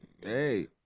Hey